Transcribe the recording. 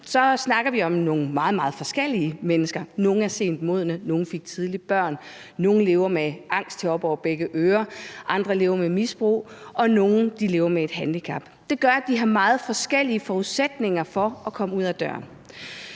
nogle meget, meget forskellige mennesker. Nogle er sent modne, nogle fik tidligt børn, nogle lever med angst til op over begge ører, andre lever med misbrug, og nogle lever med et handicap. Det gør, at de har meget forskellige forudsætninger for at komme ud af døren.